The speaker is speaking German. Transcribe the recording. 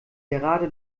gerade